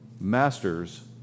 masters